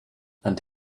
and